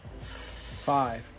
five